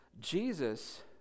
Jesus